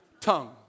tongue